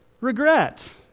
regret